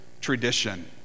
tradition